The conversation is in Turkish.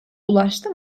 ulaştı